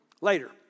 later